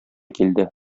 килде